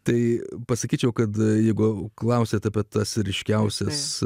tai pasakyčiau kad jeigu klausiate apie tas ryškiausias